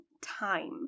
time